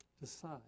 decide